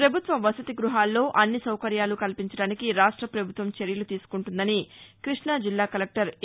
ప్రపభుత్వ వసతి గ్బహాల్లో అన్ని సౌకర్యాలు కల్పించడానికి రాష్ట ప్రభుత్వం చర్యలు తీసుకుంటుందని క్బష్టా జిల్లా కలెక్లర్ ఏ